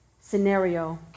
scenario